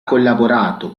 collaborato